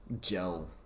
gel